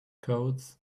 codes